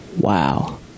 Wow